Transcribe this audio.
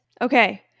Okay